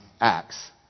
acts